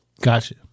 Gotcha